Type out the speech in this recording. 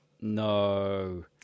No